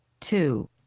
two